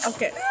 Okay